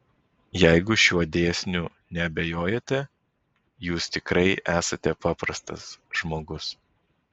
jeigu šiuo dėsniu neabejojate jūs tikrai esate paprastas žmogus